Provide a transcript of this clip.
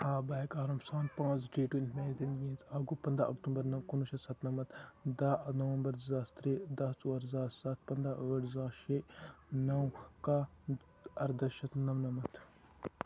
آ بہٕ ہیٚکہ آرام سان پانٛژھ ڈیٹ ؤنِتھ اکھ گوٚو پَنٛداہ اکٹوبَر کُنوُہ شیٚتھ سَتنَمَتھ دہ نَوَمبَر زٕ ساس ترٛےٚ دہ ژور زٕ ساس سَتھ پَنٛداہ ٲٹھ زٕ ساس شیٚے نَو کاہہ اَردہ شیٚتھ نَمنَمَت